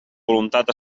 voluntat